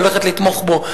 הולכת לתמוך בו.